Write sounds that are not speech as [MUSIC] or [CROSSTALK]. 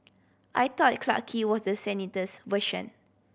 I thought [UNINTELLIGIBLE] Clarke Quay was the sanitise version